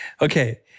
Okay